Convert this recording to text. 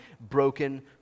broken